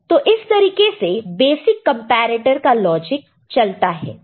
तो इस तरीके से बेसिक कंपैरेटर का लॉजिक चलता है